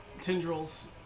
tendrils